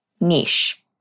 niche